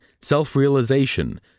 self-realization